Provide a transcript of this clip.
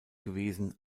gewesen